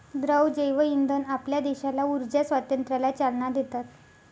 द्रव जैवइंधन आपल्या देशाला ऊर्जा स्वातंत्र्याला चालना देतात